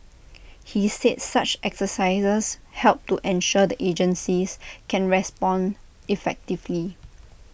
he said such exercises help to ensure the agencies can respond effectively